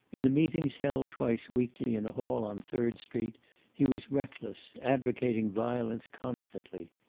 in the meetings held twice weekly in a hall on third street he was reckless, advocating violence constantly.